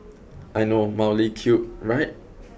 I know mildly cute right